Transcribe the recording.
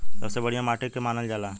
सबसे बढ़िया माटी के के मानल जा?